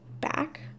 back